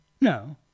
No